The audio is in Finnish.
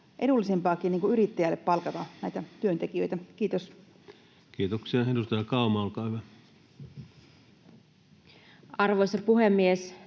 edullisempaakin yrittäjälle palkata näitä työntekijöitä? — Kiitos. Kiitoksia. — Edustaja Kauma, olkaa hyvä. Arvoisa puhemies!